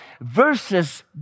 versus